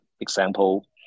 example